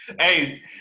Hey